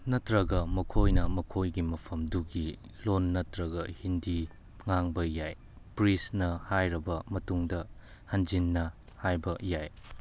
ꯅꯠꯇ꯭ꯔꯒ ꯃꯈꯣꯏꯅ ꯃꯈꯣꯏꯒꯤ ꯃꯐꯝꯗꯨꯒꯤ ꯂꯣꯟ ꯅꯠꯇ꯭ꯔꯒ ꯍꯤꯟꯗꯤ ꯉꯥꯡꯕ ꯌꯥꯏ ꯄ꯭ꯔꯤꯁꯅ ꯍꯥꯏꯔꯕ ꯃꯇꯨꯡꯗ ꯍꯟꯖꯤꯟꯅ ꯍꯥꯏꯕ ꯌꯥꯏ